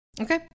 Okay